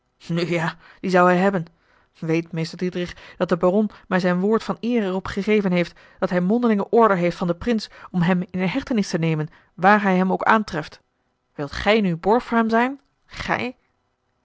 nu ja die zou hij hebben weet meester diedrich dat de baron mij zijn woord van eer er op gegeven heeft dat hij mondelinge order heeft van den prins om hem in hechtenis te nemen waar hij hem ook aantreft wilt gij nu borg voor hem zijn gij